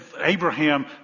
Abraham